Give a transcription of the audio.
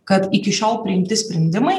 kad iki šiol priimti sprendimai